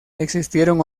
existieron